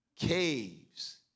caves